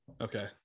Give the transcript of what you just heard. Okay